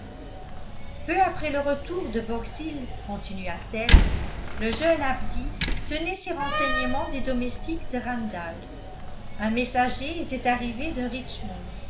après le retour de box hill continua-t-elle le jeune abdy tenait ces renseignements des domestiques de randalls un messager était arrivé de richmond